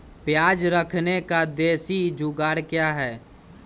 प्याज रखने का देसी जुगाड़ क्या है?